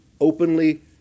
openly